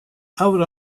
out